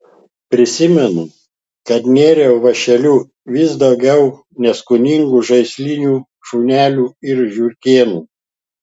prisimenu kad nėriau vąšeliu vis daugiau neskoningų žaislinių šunelių ir žiurkėnų